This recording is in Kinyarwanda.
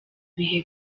bihe